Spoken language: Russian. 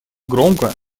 громко